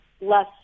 less